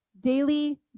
daily